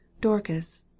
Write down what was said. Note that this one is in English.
dorcas